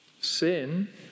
Sin